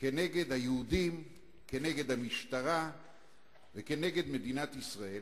כנגד היהודים, כנגד המשטרה וכנגד מדינת ישראל,